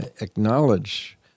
acknowledge